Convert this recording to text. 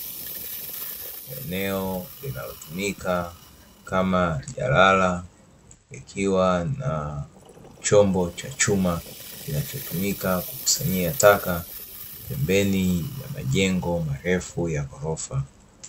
Eneo linalotumika kama jalala likiwa na chombo cha chuma kinachotumika kukusanyia taka pembeni ya majengo marefu ya ghorofa.